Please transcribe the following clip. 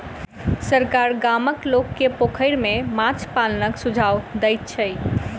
सरकार गामक लोक के पोखैर में माछ पालनक सुझाव दैत छै